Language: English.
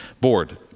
board